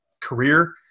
career